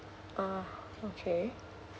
ah okay